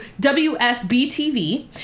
WSB-TV